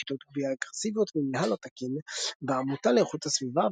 שיטות גבייה אגרסיביות ומינהל לא תקין - בעמותה לאיכות הסביבה,